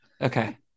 Okay